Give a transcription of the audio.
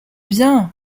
bien